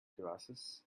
glasses